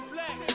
Black